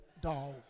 dog